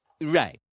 Right